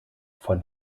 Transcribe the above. von